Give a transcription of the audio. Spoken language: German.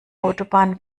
autobahn